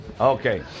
okay